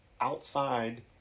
Outside